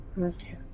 Okay